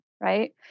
right